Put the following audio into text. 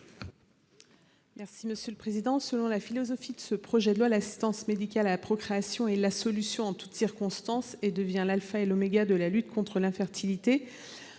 n° 12 rectifié . Selon la philosophie de ce projet de loi, l'assistance médicale à la procréation est « la » solution en toutes circonstances et devient l'alpha et l'oméga de la lutte contre l'infertilité.